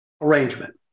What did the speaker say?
arrangement